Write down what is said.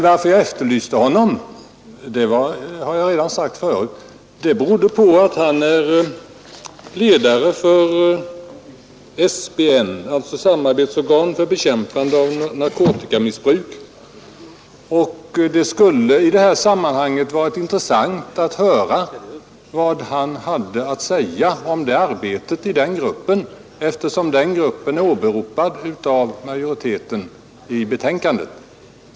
Varför jag vände mig till herr Svensson beror på att han som sagt är ledare för SBN, Samarbetsorgan för bekämpande av narkotikamissbruk. Det skulle i det här sammanhanget vara intressant att höra vad han har att säga om arbetet i den gruppen, eftersom denna är åberopad av majoriteten i utskottsbetänkandet.